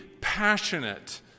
passionate